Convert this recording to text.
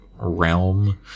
Realm